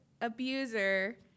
abuser